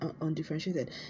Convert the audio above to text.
undifferentiated